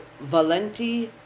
Valenti